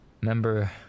Remember